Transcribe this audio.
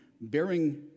bearing